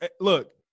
Look